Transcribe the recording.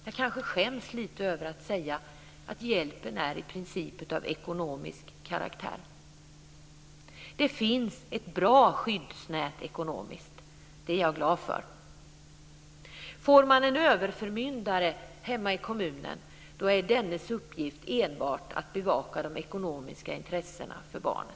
Jag kanske skäms lite över att säga att hjälpen i princip är av ekonomisk karaktär. Det finns ett bra skyddsnät ekonomiskt. Det är jag glad för. Man kan få en överförmyndare hemma i kommunen, men dennes uppgift är enbart att bevaka de ekonomiska intressena för barnet.